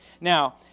Now